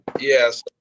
Yes